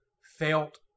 felt